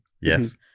Yes